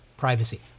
privacy